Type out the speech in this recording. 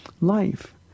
life